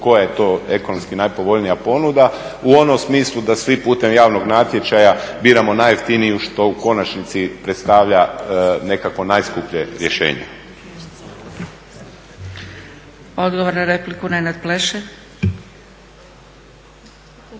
Koja je to ekonomski najpovoljnija ponuda u onom smislu da svi putem javnog natječaja biramo najjeftiniju što u konačnici predstavlja nekakvo najskuplje rješenje. **Zgrebec, Dragica